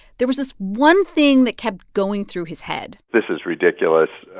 there was this one thing that kept going through his head this is ridiculous,